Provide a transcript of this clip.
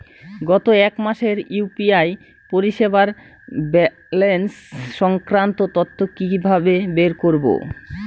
গত এক মাসের ইউ.পি.আই পরিষেবার ব্যালান্স সংক্রান্ত তথ্য কি কিভাবে বের করব?